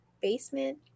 basement